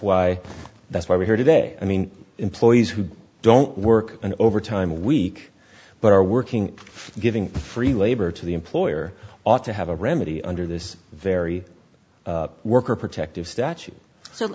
why that's why we're here today i mean employees who don't work an overtime week but are working giving free labor to the employer ought to have a remedy under this very worker protective statute so